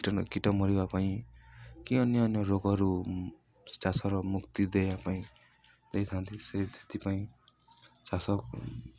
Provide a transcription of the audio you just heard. କୀଟ ନ କୀଟମରିବା ପାଇଁ କି ଅନ୍ୟ ଅନ୍ୟ ରୋଗରୁ ଚାଷର ମୁକ୍ତି ଦେବା ପାଇଁ ଦେଇଥାନ୍ତି ସେ ସେଥିପାଇଁ ଚାଷ